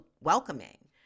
welcoming